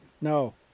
No